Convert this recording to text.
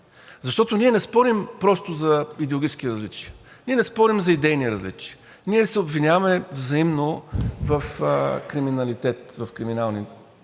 Защото ние не спорим просто за идеологически различия, ние не спорим за идейни различия, ние се обвиняваме взаимно в криминалитет,